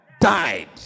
died